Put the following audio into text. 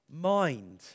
mind